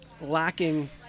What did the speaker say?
lacking